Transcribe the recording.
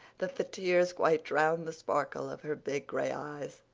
that the tears quite drowned the sparkle of her big gray eyes.